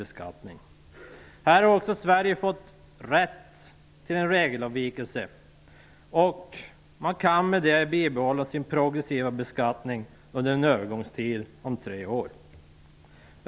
Också här har Sverige fått rätt till en regelavvikelse. Vi kan med den bibehålla vår progressiva beskattning under en övergångstid om tre år.